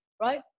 right